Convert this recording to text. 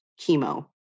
chemo